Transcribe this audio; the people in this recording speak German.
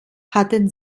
hatte